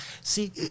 See